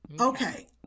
Okay